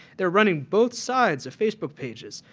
they are running both sides of facebook pages.